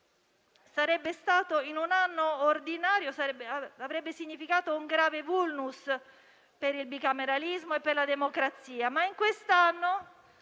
in un anno ordinario, avrebbe significato un grave *vulnus* per il bicameralismo e per la democrazia, ma in quest'anno